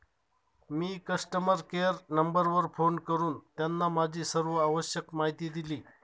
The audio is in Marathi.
मी कस्टमर केअर नंबरवर फोन करून त्यांना माझी सर्व आवश्यक माहिती दिली